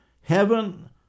heaven